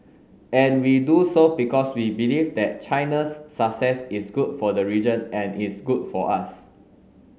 and we do so because we believe that China's success is good for the region and is good for us